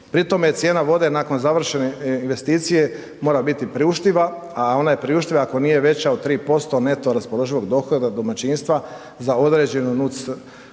Pri tome cijena vode nakon završene investicije mora biti priuštiva a ona je priuštiva ako nije veća od 3% neto raspoloživog dohotka domaćinstva za određenu NUC